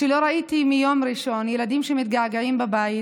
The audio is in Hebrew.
ילדים שמתגעגעים בבית